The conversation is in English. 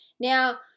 Now